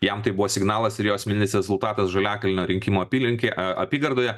jam tai buvo signalas ir jo asmeninis rezultatas žaliakalnio rinkimų apylinkė apygardoje